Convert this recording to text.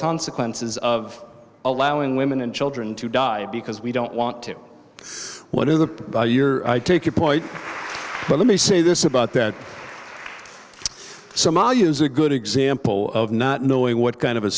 consequences of allowing women and children to die because we don't want to one in the year i take your point but let me say this about that somalia is a good example of not knowing what kind of a